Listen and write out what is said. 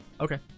Okay